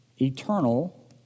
eternal